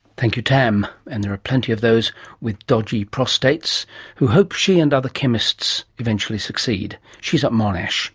thank you tam. and there are plenty of those with dodgy prostates who hope she and other chemists eventually succeed. she's at monash